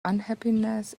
unhappiness